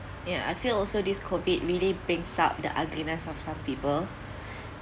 ya I feel also this COVID really brings up the ugliness of some people